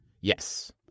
Yes